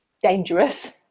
dangerous